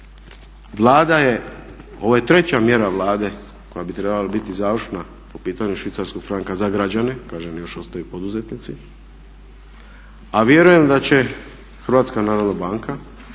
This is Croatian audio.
ovo je treća mjera Vlade koja bi trebala biti završna po pitanju švicarskog franka za građane, kažem još ostaju poduzetnici, a vjerujem da će HNB onaj